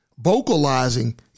vocalizing